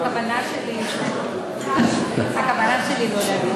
הכוונה שלי לא להדיר.